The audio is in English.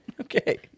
Okay